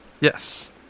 Yes